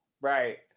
right